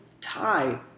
tie